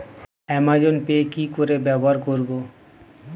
Amazon Pay কি করে ব্যবহার করব?